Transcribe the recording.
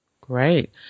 Great